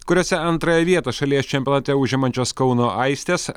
kuriose antrąją vietą šalies čempionate užimančios kauno aistės